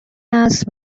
است